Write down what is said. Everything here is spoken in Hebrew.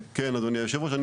כן, אדוני היו"ר.